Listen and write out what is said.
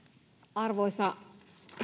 arvoisa